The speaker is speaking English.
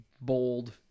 bold